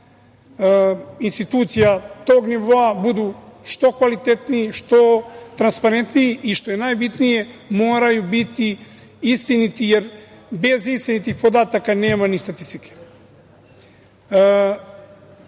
institucija tog nivoa budu što kvalitetniji, što transparentniji i što je najbitnije, moraju biti istiniti, jer bez istinitih podataka nema ni statistike. Činjenica